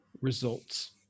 results